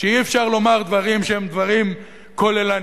שאי-אפשר לומר דברים שהם דברים כוללניים,